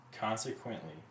Consequently